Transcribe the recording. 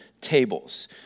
tables